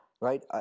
Right